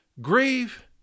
grieve